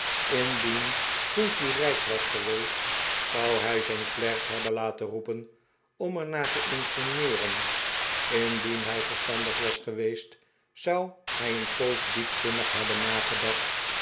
indien phunky rijk was geweest zou hij zijn klerk hebben laten roepen om er naar te informeeren indien hij verstandig was geweest zou hij een poos diepzinnig hebben nagedacht